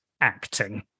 acting